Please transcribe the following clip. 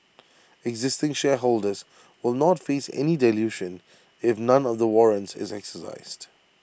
existing shareholders will not face any dilution if none of the warrants is exercised